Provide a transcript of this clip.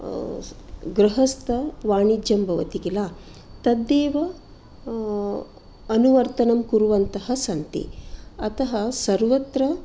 गृहस्थवाणिज्यं भवति खिल तदेव अनुवर्तनं कुर्वन्तः सन्ति अतः सर्वत्र